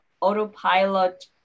autopilot